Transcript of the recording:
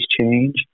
change